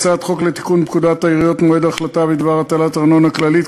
הצעת חוק לתיקון פקודת העיריות (מועד החלטה בדבר הטלת ארנונה כללית).